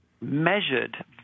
measured